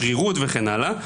שרירות וכן הלאה.